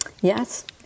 Yes